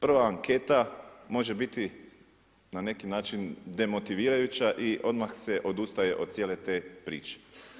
Prva anketa može biti na neki način demotivirajuća i odmah se odustaje od cijele te priče.